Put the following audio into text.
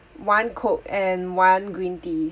one coke and one green tea